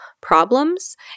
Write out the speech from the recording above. problems